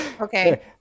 Okay